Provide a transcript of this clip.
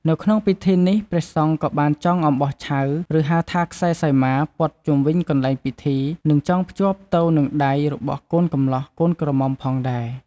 នៅក្នុងពិធីនេះ ព្រះសង្ឃក៏បានចងអំបោះឆៅ ឬហៅថា ខ្សែសីមា ព័ទ្ធជុំវិញកន្លែងពិធី និងចងភ្ជាប់ទៅនឹងដៃរបស់កូនកំលោះកូនក្រមុំផងដែរ។